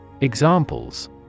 Examples